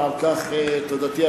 ועל כך תודתי,